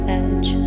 edge